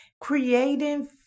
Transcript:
creating